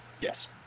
Yes